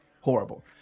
Horrible